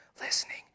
listening